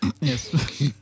Yes